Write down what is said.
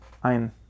ein